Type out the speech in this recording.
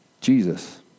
Jesus